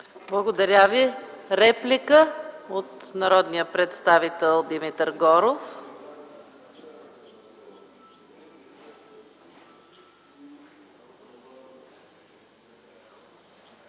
Благодаря Ви. Реплика от народния представител Димитър Горов.